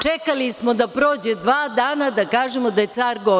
Čekali smo da prođe dva dana, da kažemo da je car go.